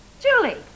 Julie